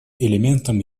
элементом